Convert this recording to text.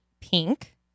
pink